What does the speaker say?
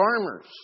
farmers